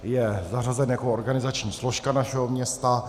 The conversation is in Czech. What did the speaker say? Je zařazen jako organizační složka našeho města.